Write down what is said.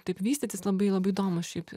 taip vystytis labai labai įdomus šiaip